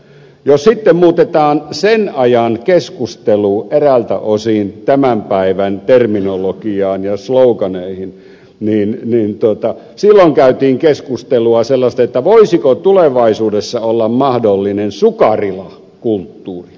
jos sitten muutetaan sen ajan keskustelu eräiltä osin tämän päivän terminologiaan ja sloganeihin niin silloin käytiin sellaista keskustelua että voisiko tulevaisuudessa olla mahdollinen sukarila kulttuuri